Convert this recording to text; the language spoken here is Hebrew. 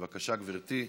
בבקשה, גברתי.